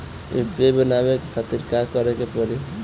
UPI बनावे के खातिर का करे के पड़ी?